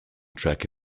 track